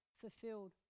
fulfilled